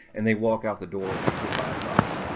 and they walk out the door, get hit by a bus.